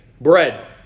bread